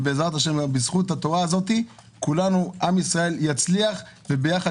בזכות התורה הזאת עם ישראל יצליח וביחד